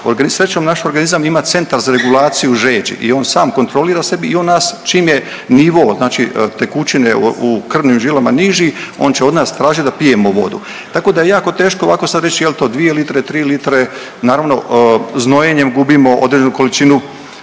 srećom naš organizam ima centar za regulaciju žeđi i on sam kontrolira sebi i on nas čim je nivo znači tekućine u krvnim žilama niži on će od nas tražit da pijemo vodu. Tako da je jako teško ovako sad reći jel to dvije litre, tri litre, naravno znojenjem gubimo određenu količinu,